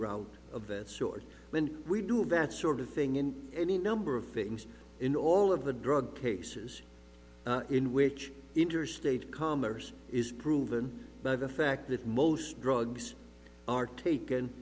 round of this sort when we do have that sort of thing in any number of things in all of the drug cases in which interstate commerce is proven by the fact that most drugs are taken